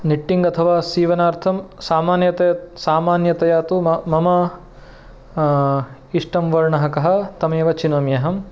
knitting अथवा सीवनार्थं सामान्यत सामान्यतया तु म मम इष्टः वर्णः कः तमेव चिनोमि अहम्